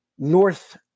North